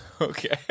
Okay